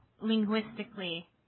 linguistically